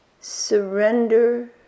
Surrender